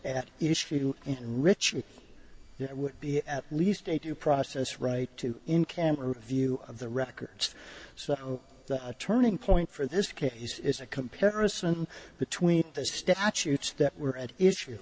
at issue in rich would be at least a due process right to in camera view of the records so the turning point for this case is a comparison between the statutes that were at issue